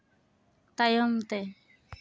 ᱛᱟᱭᱚᱢᱛᱮ